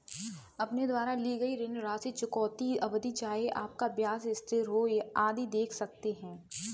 अपने द्वारा ली गई ऋण राशि, चुकौती अवधि, चाहे आपका ब्याज स्थिर हो, आदि देख सकते हैं